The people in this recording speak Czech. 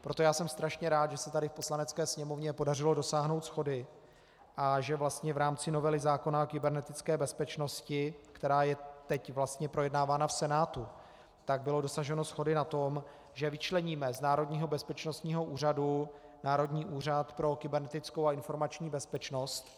Proto jsem strašně rád, že se tady v Poslanecké sněmovně podařilo dosáhnout shody a že vlastně v rámci novely zákona o kybernetické bezpečnosti, která je teď vlastně projednávána v Senátu, bylo dosaženo shody na tom, že vyčleníme z Národního bezpečnostního úřadu Národní úřad pro kybernetickou a informační bezpečnost,